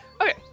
Okay